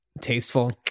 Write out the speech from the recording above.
tasteful